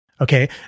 Okay